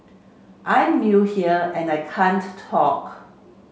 I'm new here and I can't talk